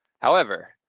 however,